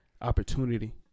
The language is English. opportunity